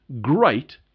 great